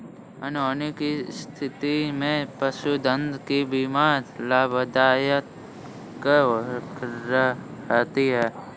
अनहोनी की स्थिति में पशुधन की बीमा लाभदायक रहती है